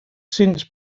since